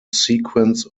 sequence